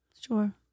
Sure